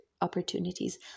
opportunities